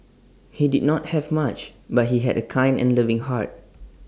he did not have much but he had A kind and loving heart